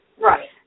Right